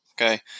okay